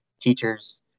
teachers